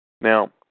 Now